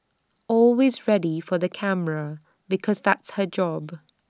always ready for the camera because that's her job